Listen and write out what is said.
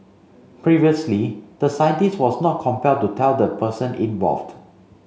previously the scientist was not compelled to tell the person involved